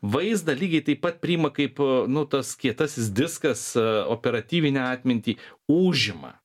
vaizdą lygiai taip pat priima kaip nu tas kietasis diskas operatyvinę atmintį užima